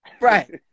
Right